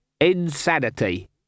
Insanity